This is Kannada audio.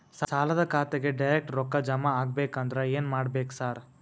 ಸಾಲದ ಖಾತೆಗೆ ಡೈರೆಕ್ಟ್ ರೊಕ್ಕಾ ಜಮಾ ಆಗ್ಬೇಕಂದ್ರ ಏನ್ ಮಾಡ್ಬೇಕ್ ಸಾರ್?